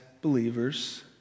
believers